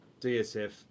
DSF